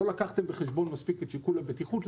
שאומר: לא לקחתם בחשבון מספיק את שיקול הבטיחות,